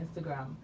Instagram